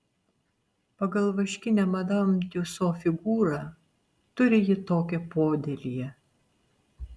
pagal vaškinę madam tiuso figūrą turi ji tokią podėlyje